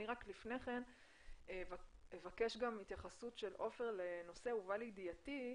אני אבקש גם התייחסות של עופר לנושא שהובא לידיעתי,